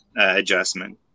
adjustment